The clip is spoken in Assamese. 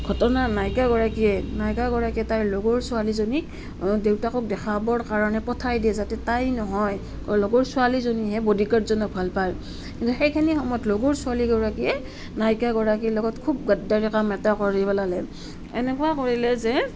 ঘটনাৰ নায়িকা গৰাকীয়ে নায়িকা গৰাকীয়ে তাইৰ লগৰ ছোৱালীজনীক দেউতাকক দেখাবৰ কাৰণে পঠাই দিয়ে যাতে তাই নহয় লগৰ ছোৱালীজনীয়েহে বডিগাৰ্ডজনক ভাল পায় কিন্তু সেইখিনি সময়ত লগৰ ছোৱালীগৰাকীয়ে নায়িকাগৰাকীৰ লগত খুব গাদ্দাৰি কাম এটা কৰি পেলালে এনেকুৱা কৰিলে যে